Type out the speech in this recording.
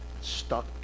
stuck